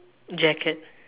jacket